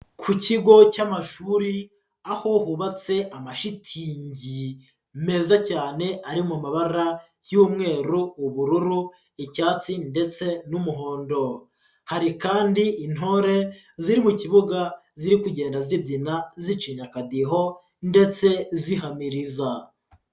Ku kigo cy'amashuri aho hubatse amashitingi meza cyane, ari mu mabara y'umweru, ubururu, icyatsi ndetse n'umuhondo. Hari kandi intore ziri mu kibuga, ziri kugenda zibyina, zicinya akadiho ndetse zihamiriza.